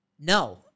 no